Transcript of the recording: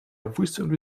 выступлю